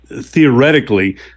theoretically